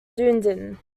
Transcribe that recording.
dunedin